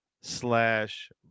slash